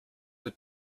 the